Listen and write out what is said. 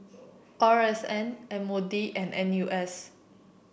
R S N M O D and N U S